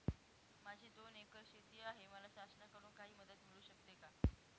माझी दोन एकर शेती आहे, मला शासनाकडून काही मदत मिळू शकते का?